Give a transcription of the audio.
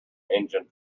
engine